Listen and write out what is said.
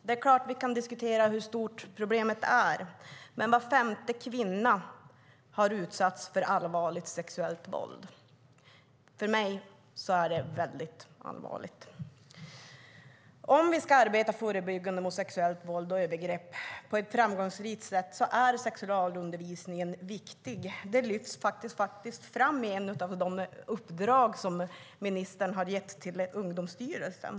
Fru talman! Vi kan diskutera hur stort problemet är. Var femte kvinna har utsatts för allvarligt sexuellt våld. För mig är det väldigt allvarligt. Om vi ska arbeta förebyggande mot sexuellt våld och övergrepp på ett framgångsrikt sätt är sexualundervisningen viktig. Det lyfts fram i ett av de uppdrag som ministern har gett till Ungdomsstyrelsen.